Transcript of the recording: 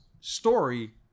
story